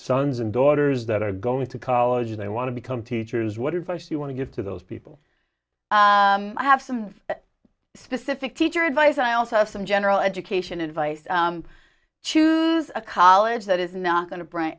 sons and daughters that are going to college they want to become teachers what it first you want to give to those people i have some specific teacher advice i also have some general education advice choose a college that is not going to br